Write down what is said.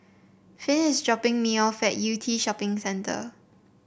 Finn is dropping me off at Yew Tee Shopping Centre